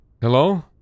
hello